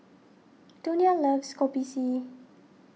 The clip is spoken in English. Donia loves Kopi C